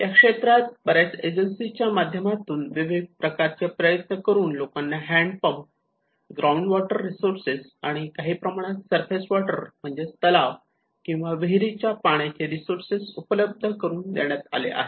या क्षेत्रात बऱ्याच एजन्सीज च्या माध्यमातून विविध प्रकारचे प्रयत्न करून लोकांना hand pump ground water resources आणि काही प्रमाणात सरफेस वॉटर म्हणजेच तलाव किंवा विहिरीच्या पाण्याचे रिसोर्सेस उपलब्ध करून देण्यात आले आहेत